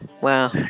wow